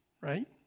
right